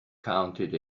counted